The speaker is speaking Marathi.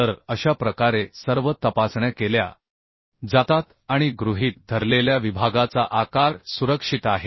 तर अशा प्रकारे सर्व तपासण्या केल्या जातात आणि गृहीत धरलेल्या विभागाचा आकार सुरक्षित आहे